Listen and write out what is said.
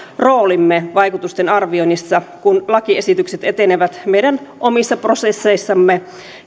roolimme vaikutusten arvioinnissa kun lakiesitykset etenevät meidän omissa prosesseissamme